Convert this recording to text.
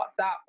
WhatsApp